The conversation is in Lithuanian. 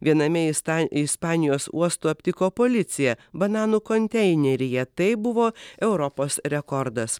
viename ista ispanijos uostų aptiko policija bananų konteineryje tai buvo europos rekordas